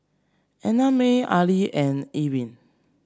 Annamae Arlie and Ilene